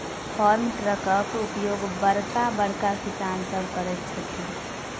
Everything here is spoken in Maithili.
फार्म ट्रकक उपयोग बड़का बड़का किसान सभ करैत छथि